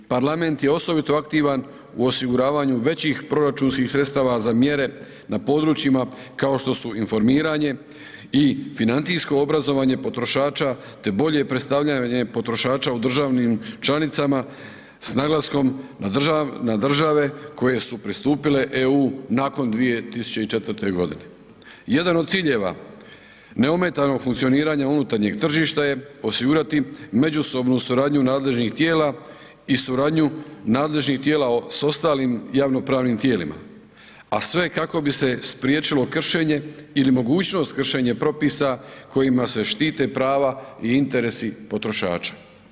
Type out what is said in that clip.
Parlament je osobito aktivan u osiguravanju većih proračunskih sredstava za mjere na područjima kao što su informiranje i financijsko obrazovanje potrošača te bolje predstavljanje potrošača u državnih članicama s naglaskom na države koje su pristupile EU nakon 2004. g. Jedan od ciljeva neometanog funkcioniranja unutarnjeg tržišta je osigurati međusobnu suradnju nadležnih tijela i suradnju nadležnih tijela s ostalim javnopravnim tijelima, a sve kako bi se spriječilo kršenje ili mogućnost kršenja propisa kojima se štite prava i interesi potrošača.